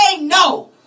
no